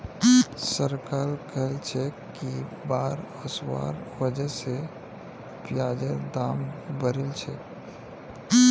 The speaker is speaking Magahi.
सरकार कहलछेक कि बाढ़ ओसवार वजह स प्याजेर दाम बढ़िलछेक